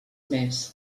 més